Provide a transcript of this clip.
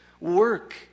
work